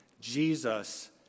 Jesus